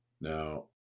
Now